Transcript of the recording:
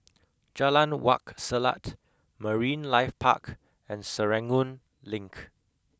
Jalan Wak Selat Marine Life Park and Serangoon Link